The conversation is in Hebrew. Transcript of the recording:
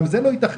גם זה לא ייתכן.